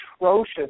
atrocious